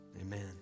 amen